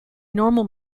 normal